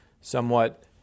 somewhat